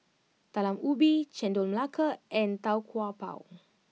Talam Ubi Chendol Melaka and Tau Kwa Pau